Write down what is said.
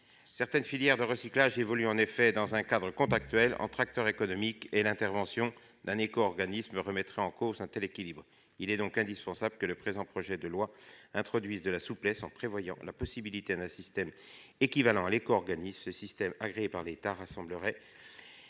Certaines filières de recyclage évoluent en effet dans un cadre contractuel entre acteurs économiques, et l'intervention d'un éco-organisme remettrait en cause un tel équilibre. Il est donc indispensable que le présent projet de loi introduise de la souplesse, en prévoyant la possibilité d'un système équivalent à l'éco-organisme. Ce système agréé par l'État rassemblerait